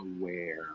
aware